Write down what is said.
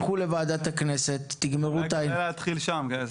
תגיד על מה היו